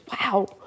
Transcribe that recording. Wow